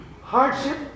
hardship